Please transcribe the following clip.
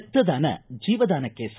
ರಕ್ತ ದಾನ ಜೀವದಾನಕ್ಕೆ ಸಮ